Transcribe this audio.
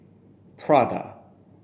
Prada